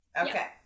Okay